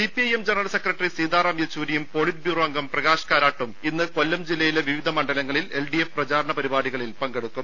CPIM general secretary Sitaram യെച്ചൂരിയും polit bureau അംഗം പ്രകാശ് കാരാട്ടും ഇന്ന് കൊല്ലം ജില്ലയിലെ വിവിധ മണ്ഡലങ്ങളിൽ എൽഡിഎഫ് പ്രചാരണ പരിപാടികളിൽ പങ്കെടുക്കും